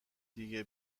دیگه